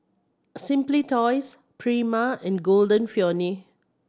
Simply Toys Prima and Golden Peony